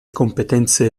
competenze